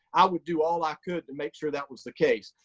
i would do all i could to make sure that was the case.